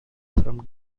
from